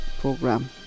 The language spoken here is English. program